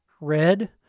red